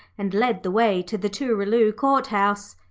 and led the way to the tooraloo court house.